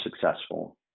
successful